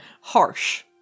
Harsh